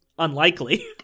Unlikely